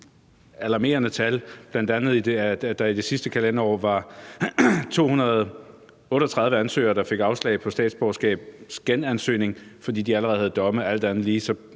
alarmerende tal, bl.a. at der i det sidste kalenderår var 238 ansøgere, der fik afslag på statsborgerskabsgenansøgning, fordi de allerede havde domme – alt andet lige